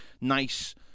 nice